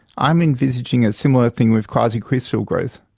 i am envisaging a similar thing with quasicrystal growth,